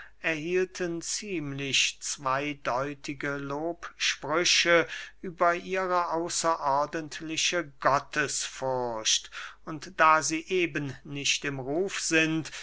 erhielten ziemlich zweydeutige lobsprüche über ihre außerordentliche gottesfurcht und da sie eben nicht im ruf sind